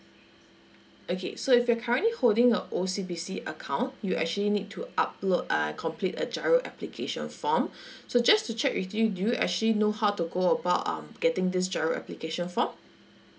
okay so if you're currently holding a O_C_B_C account you actually need to upload uh complete a GIRO application form so just to check with you do you actually know how to go about um getting this GIRO application form